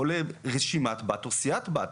או לסיעת בת או רשימת בת.